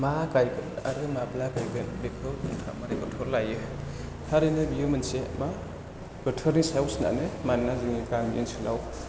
मा गायगोन आरो माब्ला गायगोन बेखौ नोंथाङा मारै गरन्थ' लायो थारैनो बेयो मोनसे बा बोथोरनि सायाव सोनारो मानोना जोंनि गामि ओनसोलाव